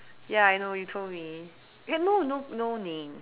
ya I know you told me you have no no no name